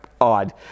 odd